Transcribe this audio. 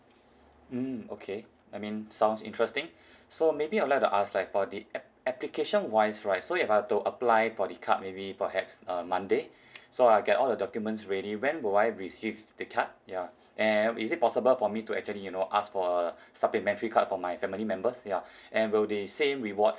mm okay I mean sounds interesting so maybe I would like to ask like for the app~ application wise right so if I were to apply for the card maybe perhaps uh monday so I'll get all the documents ready when will I receive the card ya and is it possible for me to actually you know ask for a supplementary card for my family members ya and will the same rewards